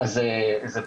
נמצאת פה